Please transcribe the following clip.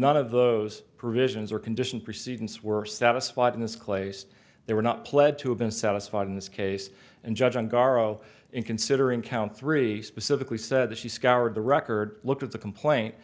none of those provisions are conditions proceedings were satisfied in this claes they were not pled to have been satisfied in this case and judge on garro in considering count three specifically said that she scoured the record look at the complaint